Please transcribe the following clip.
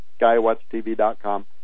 skywatchtv.com